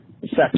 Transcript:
section